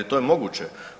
To je moguće.